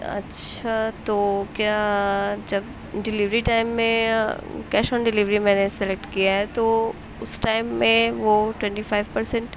اچھا تو کیا جب ڈلیوری ٹائم میں کیش آن ڈلیوری میں نے سلیکٹ کیا ہے تو اس ٹائم میں وہ ٹوینٹی فائیو پرسینٹ